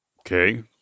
okay